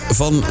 van